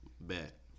bet